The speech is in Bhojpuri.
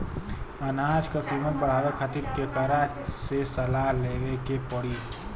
अनाज क कीमत बढ़ावे खातिर केकरा से सलाह लेवे के पड़ी?